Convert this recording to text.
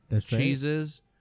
cheeses